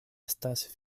estas